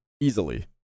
Easily